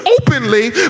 openly